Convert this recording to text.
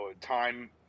Time